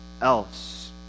else